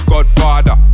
Godfather